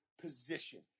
position